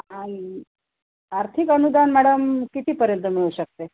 आणि आर्थिक अनुदान मॅडम कितीपर्यंत मिळू शकते